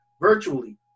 virtually